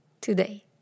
today